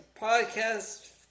Podcast